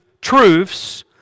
truths